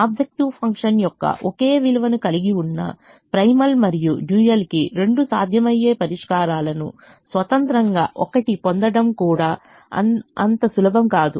objective function యొక్క ఒకే విలువను కలిగి ఉన్న ప్రైమల్ మరియు డ్యూయల్కి రెండు సాధ్యమయ్యే పరిష్కారాలను స్వతంత్రంగా ఒకటిగా పొందడం కూడా అంత సులభం కాదు